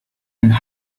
and